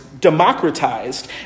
democratized